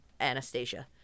Anastasia